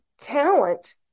talent